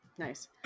nice